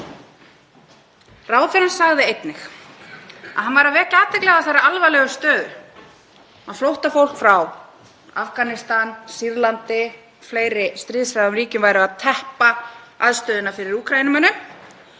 Ráðherrann sagði einnig að hann væri að vekja athygli á þeirri alvarlegu stöðu að flóttafólk frá Afganistan, Sýrlandi og fleiri stríðshrjáðum ríkjum væri að teppa aðstöðuna fyrir Úkraínumönnum.